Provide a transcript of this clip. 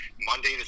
Monday